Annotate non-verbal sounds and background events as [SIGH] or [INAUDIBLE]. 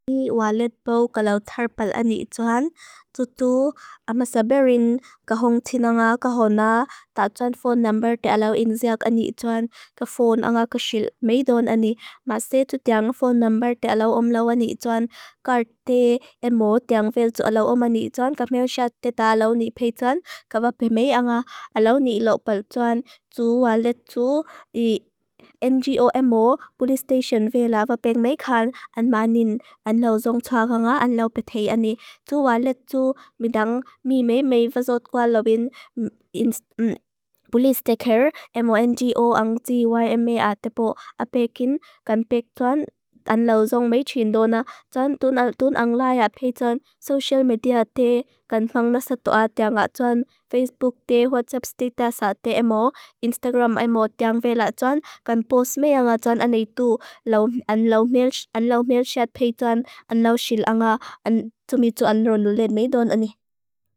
Ni walet pou kalau tharpal ani i tuan, tutu amasaberin kahong tina nga kahona tatuan phone number te alau inziak ani i tuan. Ka phone anga kashil meidon ani, mase tutiang phone number te alau omlau ani i tuan, karte emo tiang vel tu alau om ani i tuan, kameu siat teta alau ni pei tuan. Kava pe me anga alau ni ilopal tuan, tu walet tu [HESITATION] i NGO emo police station vela vapeng mekhan, anma nin anlauzong tswa konga anlaupet hei ani. Tu walet tu midang mi mei mei vasot kwa lopin [HESITATION] police take care emo NGO ang T Y M A a tepo apekin kanpek tuan, anlauzong meikhin tuan, tuan tun ang layat pei tuan, social media te, kan fang nasatua te anga tuan. Facebook te, Whatsapp status te emo, Instagram emo tiang vela tuan, kan post mail anga tuan ani i tuan, [HESITATION] alau mail chat pei tuan, alau shil anga, tumituan ronulet meidon ani.